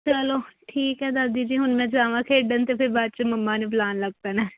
ਚਲੋ ਠੀਕ ਹੈ ਦਾਦੀ ਜੀ ਹੁਣ ਮੈਂ ਜਾਵਾਂ ਖੇਡਣ ਅਤੇ ਫਿਰ ਬਾਅਦ 'ਚ ਮੰਮਾ ਨੇ ਬੁਲਾਉਣ ਲੱਗ ਪੈਣਾ